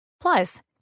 Plus